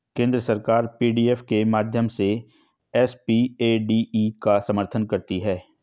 केंद्र सरकार पी.डी.एफ के माध्यम से एस.पी.ए.डी.ई का समर्थन करती है